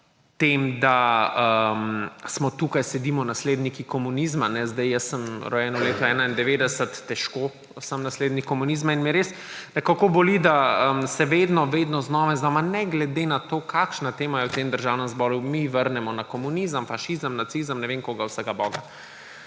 tem, da tukaj sedimo nasledniki komunizma. Zdaj, jaz sem rojen leta 1991, težko sem naslednik komunizma. Res me nekako boli, da se vedno, vedno znova in znova, ne glede na to, kakšna tema je v Državnem zboru, mi vrnemo na komunizem, fašizem, nacizem, ne vem koga vsega boga.